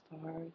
stars